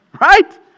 right